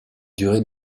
durée